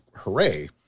hooray